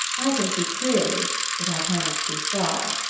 i can see clearly but i cannot see far.